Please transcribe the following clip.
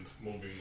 moving